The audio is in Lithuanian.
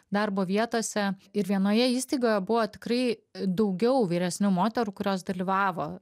darbo vietose ir vienoje įstaigoje buvo tikrai daugiau vyresnių moterų kurios dalyvavo